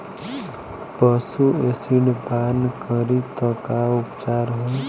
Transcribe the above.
पशु एसिड पान करी त का उपचार होई?